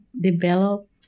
develop